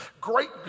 Great